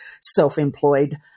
self-employed